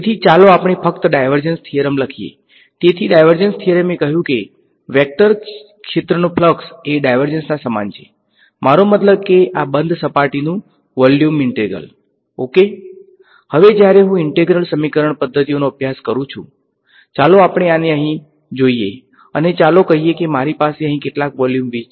okay હવે જ્યારે હું ઈંટ્રેગ્રલ સમીકરણ પદ્ધતિઓનો ઉપયોગ કરું છું ચાલો આપણે આને અહીં જોઈએ અને ચાલો કહીએ કે મારી પાસે અહીં કેટલાક વોલ્યુમ v છે